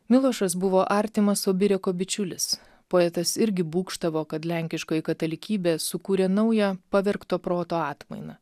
milošas buvo artimas obireko bičiulis poetas irgi būgštavo kad lenkiškoji katalikybė sukūrė naują pavergto proto atmainą